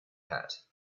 hat